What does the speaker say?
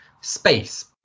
Space